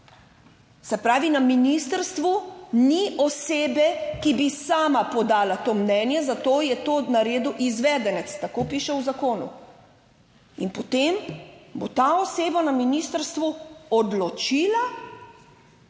se pravi, na ministrstvu ni osebe, ki bi sama podala to mnenje, zato je to naredil izvedenec, tako piše v zakonu, in potem bo ta oseba na ministrstvu odločila,